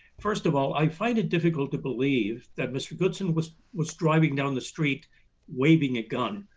first of all, i find it difficult to believe that mr. goodson was was driving down the street waving a gun.